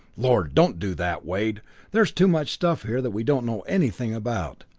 lord don't do that, wade there's too much stuff here that we don't know anything about.